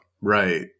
Right